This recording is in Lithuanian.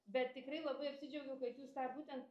bet tikrai labai apsidžiaugiau kad jūs tą būtent